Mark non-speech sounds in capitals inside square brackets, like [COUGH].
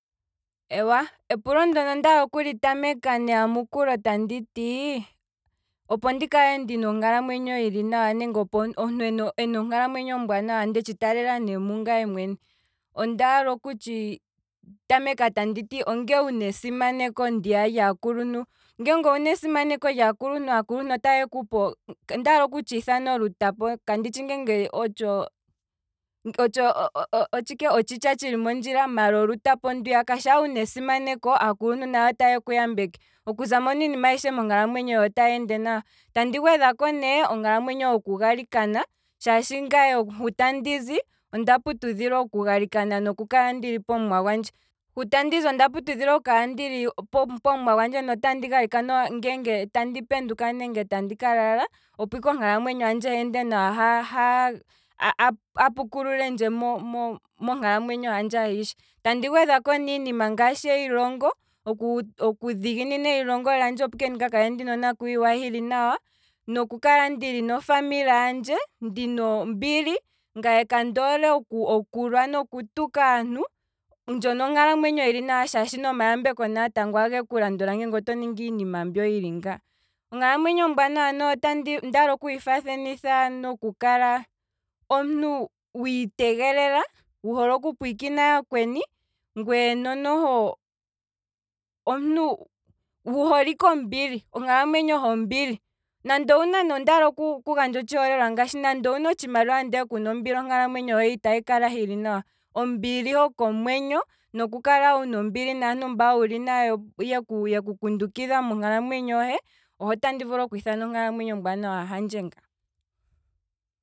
Eewa, epulondono ondaala okuli tameka neyamukulo tanditi, opo ndikale ndina onkalamwenyo ombwaanawa, nenge ndetshi taalela ne mungaye mwene, ondaala okutshi tameka tanditi, onge wuna esimaneko ndiya lyaakuluntu, ngeenge owuna esimaneko ndiya lyaakuluntu, aakuluntu otaye ku pe, ondaala okutshi ithana olutapo, kanditshi ngeenge otsho otsho otshike, otshitya tshili mondjila, maala olutapo ndwiyaka, shaa wuna esimaneko, aakuluntu nayo otaye kuyambeke, okuza mpono, iinima ayishe monkalamwenyo hohe, otayi ende nawa, tandi gwedhako nee, onkalamwenyo hoku galikana, shaashi ngaye hu tandizi onda putudhilwa oku galikana, nokukala ndili pomuwa gwandje, hu tandizi onda putudhilwa okugalikana notandi kala pomuwa gwandje notandi galikana uuna tandi penduka nenge tandi kalala, opo ike onkalamwenyo handje heende nawa, [HESITATION] a pukululendje mo- monkalamwenyo handje ahishe, tandi gwedhako ne iinima ngaashi eyilongo, oku dhiginina eyilongo lyandje opo ike ndika kale ndina onakwiiwa handje hili nawa, noku kala ndili nofamily handje ndina ombili, nagaye kandi hole okulwa nokutuka aantu, ndjono onkalamwenyo hili nawa shaashi nomayambeko age kulandula ngeenge oto ningi iinima mbyo yili nga, onkalamwenyo ombwaanawa natango ondaala oku hi faathanitha noku kala omuntu wiitegelela, wu hole oku pwiikina yakweni, ngweye no noho omuntu wu hole ike ombili, onkalamwenyo hombili, nande owuna ne. ondaala oku- ku gandja otshi holelwa, nande owuna ne otshimaliwa ndee kuna ombili, onkalamwenyo hohe itahi kala hili nawa, ombili hoko mwenyo, noku kala wuna ombili naantu mba yeku kundukidha monkalamwenyo hohe oho tandi vulu okwiithana onkalamwenyo ombwaanawa handje nga.